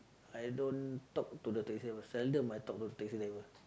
I don't talk to the taxi driver seldom I talk to the taxi driver